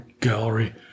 Gallery